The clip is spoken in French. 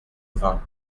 vingt